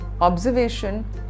observation